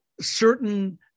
certain